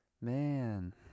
Man